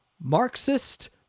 Marxist